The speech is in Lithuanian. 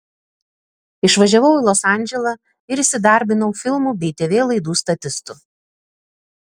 išvažiavau į los andželą ir įsidarbinau filmų bei tv laidų statistu